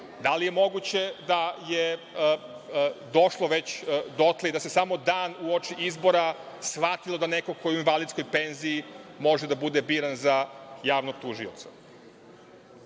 Da li je moguće da je došlo već dotle i da se samo dan uoči izbora shvatilo da neko ko je u invalidskoj penziji može da bude biran za javnog tužioca?